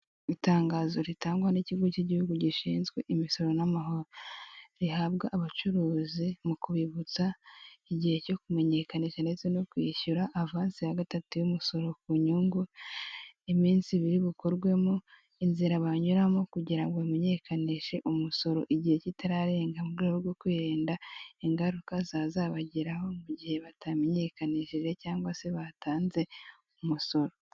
Itangazo ritangwa n'ikigo cy'igihugu gishinzwe imisoro n'amahoro, rihabwa abacuruzi mu kubibutsa igihe cyo kumenyekanisha ndetse no kwishyura avanse ya gatatu y'umusoro ku nyungu, iminsi biri bukorwemo, inzira banyuramo kugira ngo bamenyekanishe umusoro igihe kitararenga mu rwego rwo kwirinda ingaruka zazabageraho mu gihe batamenyekanishije cyangwa se batanze umusoro.